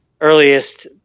earliest